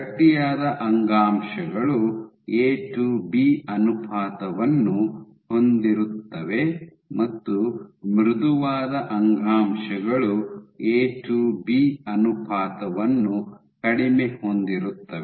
ಗಟ್ಟಿಯಾದ ಅಂಗಾಂಶಗಳು A to B ಅನುಪಾತವನ್ನು ಹೊಂದಿರುತ್ತವೆ ಮತ್ತು ಮೃದುವಾದ ಅಂಗಾಂಶಗಳು ಎ ಟು ಬಿ ಅನುಪಾತವನ್ನು ಕಡಿಮೆ ಹೊಂದಿರುತ್ತವೆ